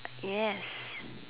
yes